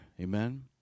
Amen